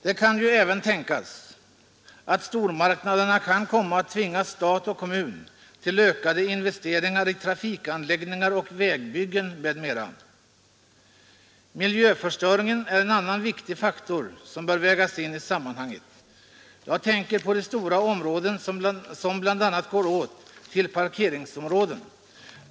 Det kan ju även tänkas att stormarknaderna kan komma att tvinga stat och kommun till ökade investeringar i trafikanläggningar, vägbyggen m.m. Miljöförstöringen är en annan viktig faktor som bör läggas till i sammanhanget. Jag tänker bl.a. på de stora områden som går åt till parkeringsplatser.